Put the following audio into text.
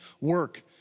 work